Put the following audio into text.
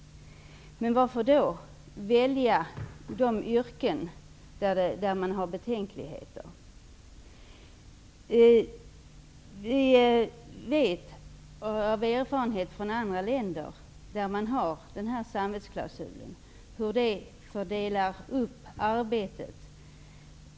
Men varför då välja de yrken där man har betänkligheter? Vi vet av erfarenhet från andra länder där man har denna samvetsklausul hur det fördelar upp arbetet.